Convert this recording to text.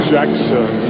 Jackson